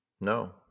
No